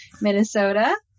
Minnesota